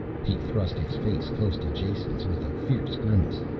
he trust his face close to jason's with a fierce grimace.